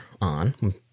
on